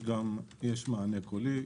יש גם מענה קולי.